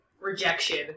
rejection